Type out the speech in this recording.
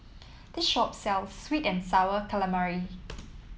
this shop sells sweet and sour calamari